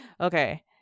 okay